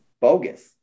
bogus